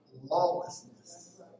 lawlessness